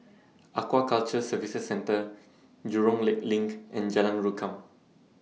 Aquaculture Services Centre Jurong Lake LINK and Jalan Rukam